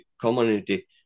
community